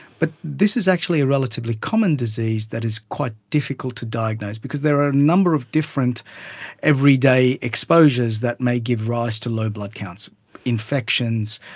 but this is actually a relatively common disease that is quite difficult to diagnose, because there are a number of different everyday exposures that may give rise to low blood counts infections,